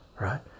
right